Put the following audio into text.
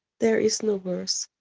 there is no worse,